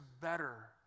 better